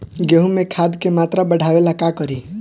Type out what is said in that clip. गेहूं में खाद के मात्रा बढ़ावेला का करी?